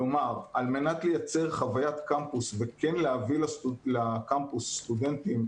כלומר על מנת לייצר חוויית קמפוס וכן להביא לקמפוס סטודנטים,